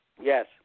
Yes